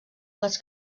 les